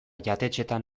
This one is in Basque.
jatetxeetan